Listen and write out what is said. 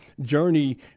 journey